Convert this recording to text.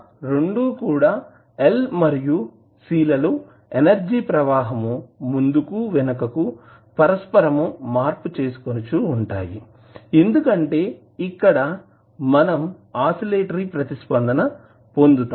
ఈ విధంగా రెండు కూడా L మరియు C లలో ఎనర్జీ ప్రవాహము ముందుకు వెనకకు పరస్పరము మార్పు చేసికొనుచు ఉంటాయి ఎందుకంటే ఇక్కడ మనం ఆసిలేటరీ ప్రతిస్పందన పొందుతాయి